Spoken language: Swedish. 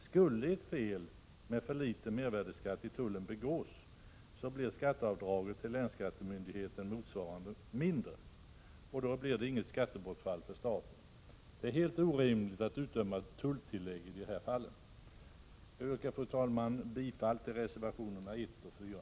Skulle ett fel som leder till att för litet mervärdeskatt uttas begås i tullen, blir skatteavdraget till länsskattemyndigheten i motsvarande mån mindre. Det blir då inget skattebortfall för staten. Det är helt orimligt att utdöma tulltillägg i dessa fall. Jag yrkar, fru talman, bifall till reservationerna 1 och 4.